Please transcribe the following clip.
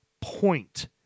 point